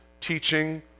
teaching